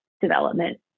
development